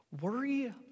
Worry